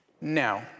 Now